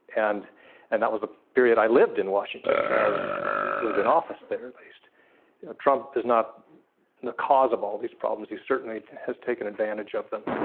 and and that was a period i lived in washington. there was an office there at least trump is not the cause of all these problems he certainly has taken advantage of them.